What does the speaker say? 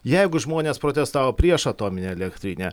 jeigu žmonės protestavo prieš atominę elektrinę